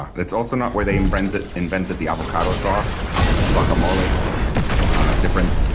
it's also not where they invented the invented the avocado sauce and the guacamole different.